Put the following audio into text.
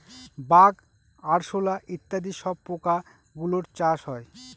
bug, আরশোলা ইত্যাদি সব পোকা গুলোর চাষ হয়